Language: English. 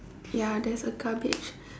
ya there's a garbage